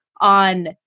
on